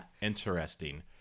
Interesting